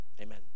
Amen